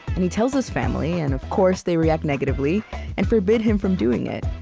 and he tells his family and of course, they react negatively and forbid him from doing it.